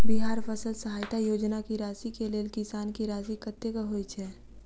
बिहार फसल सहायता योजना की राशि केँ लेल किसान की राशि कतेक होए छै?